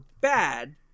bad